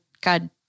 God